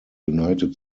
united